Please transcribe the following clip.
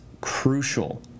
crucial